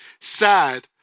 sad